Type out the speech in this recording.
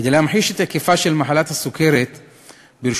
כדי להמחיש את היקפה של מחלת הסוכרת אציין,